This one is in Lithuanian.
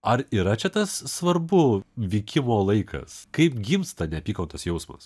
ar yra čia tas svarbu vykimo laikas kaip gimsta neapykantos jausmas